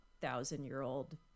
thousand-year-old